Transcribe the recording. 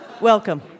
Welcome